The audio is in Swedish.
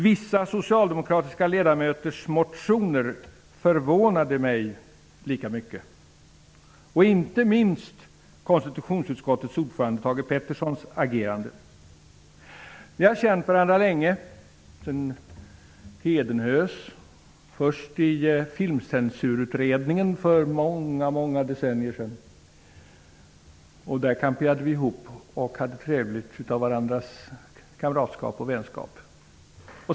Vissa socialdemokratiska ledamöters motioner förvånade mig lika mycket, inte minst konstitutionsutskottets ordförande Thage Petersons agerande. Vi har känt varandra länge, från hedenhös i filmcensursutredningen för många decennier sedan. Där kamperade vi ihop, hade trevligt och uppskattade varandras vänskap.